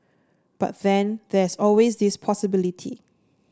but then there's always this possibility